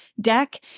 deck